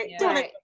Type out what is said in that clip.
right